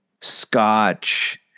Scotch